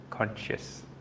conscious